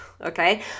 Okay